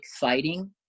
fighting